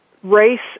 Race